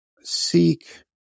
seek